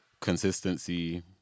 consistency